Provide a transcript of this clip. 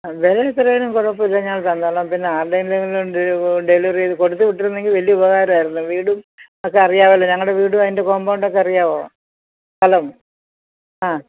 വിലയെത്രയായാലും കുഴപ്പമില്ല ഞാൻ തന്നോളാം പിന്നെ ആരുടെ കയ്യിലെങ്കിലും ഡെലിവറി ചെയ്ത് കൊടുത്തുവിട്ടിരുന്നെങ്കില് വലിയ ഉപകാരമായിരുന്നു വീടും ഒക്കെ അറിയാമല്ലോ ഞങ്ങളുടെ വീടും അതിൻ്റെ കോമ്പൗണ്ടുമൊക്കെ അറിയാമോ സ്ഥലം ആ